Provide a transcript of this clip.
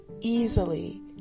easily